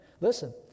Listen